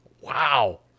wow